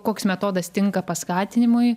koks metodas tinka paskatinimui